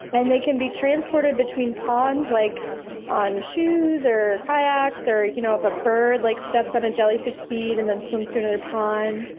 and they can be transported between ponds like on shoes, or kayaks, or you know if a bird like steps on a jellyfish seed and then swim to another pond.